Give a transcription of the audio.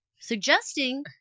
suggesting